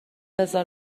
بزار